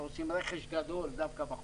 שעושות רכש גדול דווקא בחוץ.